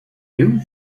you